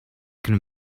can